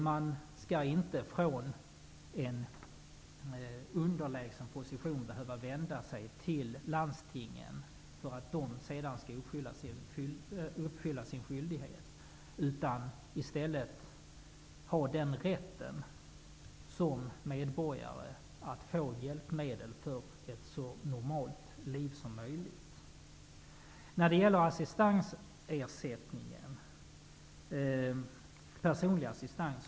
Man skall inte från en underlägsen position behöva vända sig till landstingen för att de sedan skall uppfylla sin skyldighet. I stället skall man ha en rätt som medborgare att få hjälpmedel för att kunna leva ett så normalt liv som möjligt. Vidare har vi frågan om ersättning för personlig assistans.